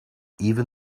even